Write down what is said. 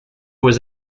was